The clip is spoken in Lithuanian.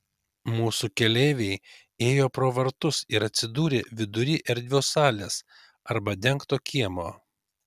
mūsų keleiviai įėjo pro vartus ir atsidūrė vidury erdvios salės arba dengto kiemo